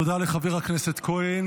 תודה רבה לחבר הכנסת כהן.